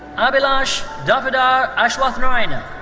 abilash daffedar aswathanarayana.